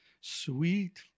sweet